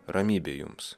ramybė jums